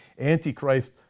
Antichrist